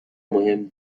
مهم